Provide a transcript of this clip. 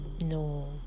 No